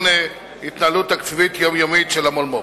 התנהלות תקציבית יומיומית של המולמו"פ.